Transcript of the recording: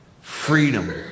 freedom